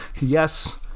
Yes